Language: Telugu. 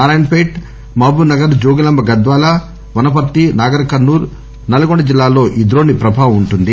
నారాయణ్ పేట్ మహబూబ్ నగర్ జోగులాంబ గద్వాల వనపర్తి నాగర్ కర్పూల్ నల్గొండ జిల్లాలో ఈ ద్రోణి ప్రభావం వుంటుంది